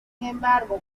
embargo